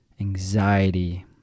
anxiety